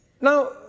Now